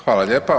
Hvala lijepa.